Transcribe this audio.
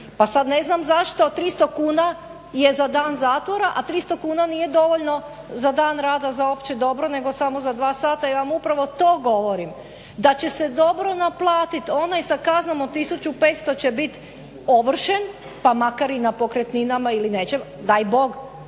Pa sad ne znam zašto 300 kuna je za dan zatvora, a 300 kuna nije dovoljno za dan rada za opće dobro, nego samo za dva sata. Ja vam upravo to govorim, da će se dobro naplatiti onaj sa kaznom od 1500 će bit ovršen pa makar i na pokretninama ili nečem, daj Bog